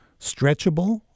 stretchable